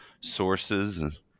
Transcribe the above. sources